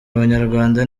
abanyarwanda